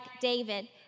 David